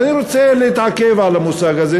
ואני רוצה להתעכב על המושג הזה.